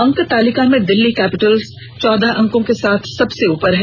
अंक तालिका में दिल्ली कैपिटल्स चौदह अंकों के साथ सबसे ऊपर है